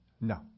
No